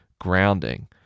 grounding